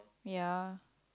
ya